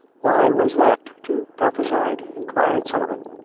why, was that, too, prophesied? inquired sullivan.